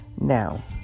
Now